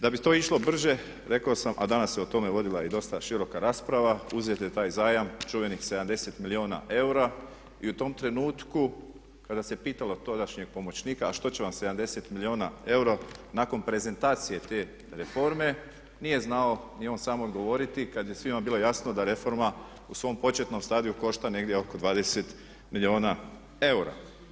Da bi to išlo brže, rekao sam a danas se o tome vodila i dosta široka rasprava, uzet je taj zajam, čuveni 70 milijuna eura i u tom trenutku kada se pitalo tadašnjeg pomoćnika a što će vam 70 milijuna eura nakon prezentacije te reforme nije znao ni on sam odgovoriti kada je svima bilo jasno da reforma u svom početnom stadiju košta negdje oko 20 milijuna eura.